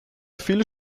viele